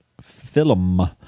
film